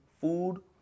food